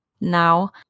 now